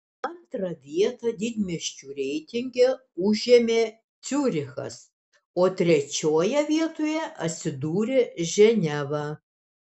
antrą vietą didmiesčių reitinge užėmė ciurichas o trečioje vietoje atsidūrė ženeva